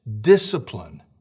discipline